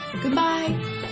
Goodbye